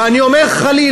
ואני אומר חלילה,